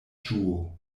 ĝuo